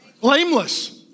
Blameless